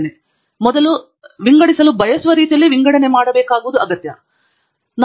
ನಾವು ಮೊದಲು ವಿಂಗಡಿಸಲು ಬಯಸುವ ರೀತಿಯಲ್ಲಿ ವಿಂಗಡನೆ ಮಾಡಬೇಕಾದದ್ದು